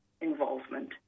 involvement